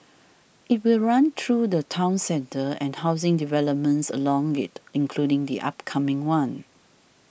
it will run through the town centre and housing developments along it including the upcoming one